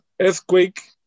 earthquake